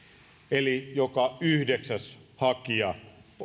eli joka yhdeksännellä hakijalla